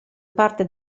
parte